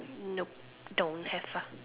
nope don't have ah